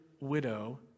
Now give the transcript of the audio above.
widow